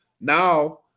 Now